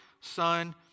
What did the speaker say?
Son